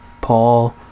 Paul